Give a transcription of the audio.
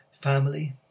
family